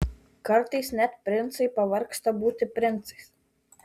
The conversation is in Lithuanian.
kartais net princai pavargsta būti princais